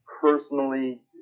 personally